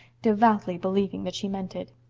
devoutly believing that she meant it.